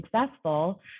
successful